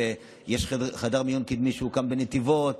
יש חדר מיון קדמי שהוקם בנתיבות,